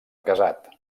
casat